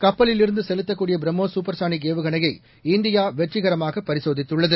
கப்பலிலிருந்து செலுத்தக்கூடிய பிரம்மோஸ் சூப்பர்சானிக் ஏவுகனையை இந்தியா வெற்றிகரமாக பரிசோதித்துள்ளது